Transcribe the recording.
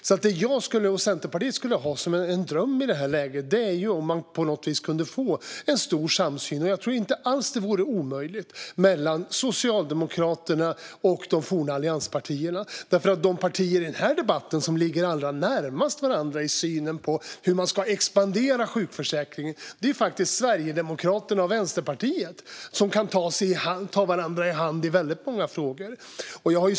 Det som jag och Centerpartiet har som en dröm i detta läge är om man på något vis kunde få en stor samsyn mellan Socialdemokraterna och de forna allianspartierna. Och jag tror inte alls att det vore omöjligt. De partier som i denna debatt ligger allra närmast varandra i synen på hur man ska expandera sjukförsäkringen är faktiskt Sverigedemokraterna och Vänsterpartiet som kan ta varandra i hand i väldigt många frågor.